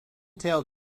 tail